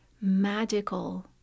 magical